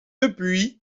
depuis